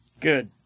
Good